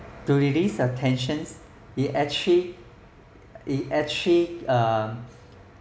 to release tension it actually it actually uh